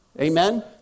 Amen